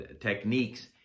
techniques